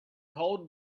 cold